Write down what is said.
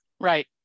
Right